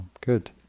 good